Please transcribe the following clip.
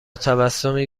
تبسمی